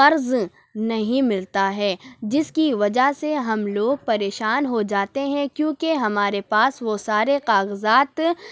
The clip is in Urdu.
قرض نہیں ملتا ہے جس کی وجہ سے ہم لوگ پریشان ہوجاتے ہیں کیوں کہ ہمارے پاس وہ سارے کاغذات